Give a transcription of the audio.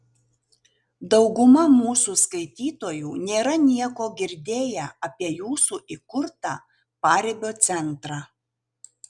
dauguma mūsų skaitytojų nėra nieko girdėję apie jūsų įkurtą paribio centrą